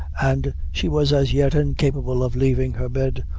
and she was as yet incapable of leaving her bed,